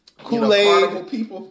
Kool-Aid